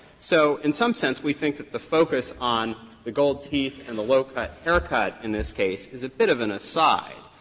so in some sense we think that the focus on the gold teeth and the low-cut haircut in this case is a bit of an aside,